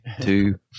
two